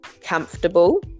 comfortable